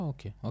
Okay